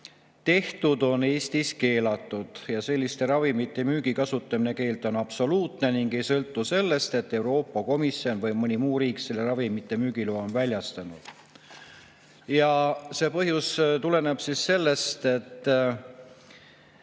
uuringuid on Eestis keelatud. Selliste ravimite müügi ja kasutamise keeld on absoluutne ning ei sõltu sellest, et Euroopa Komisjon või mõni muu riik on sellele ravimile müügiloa väljastanud." Põhjus tuleneb sellest, et